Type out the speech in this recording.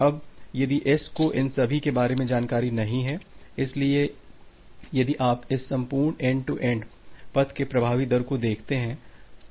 अब यदि S को इन सभी के बारे में जानकारी नहीं है इसलिए यदि आप इस संपूर्ण एन्ड टू एन्ड पथ के प्रभावी दर को देखते हैं